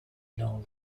known